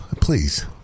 please